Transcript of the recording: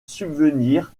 subvenir